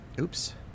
Oops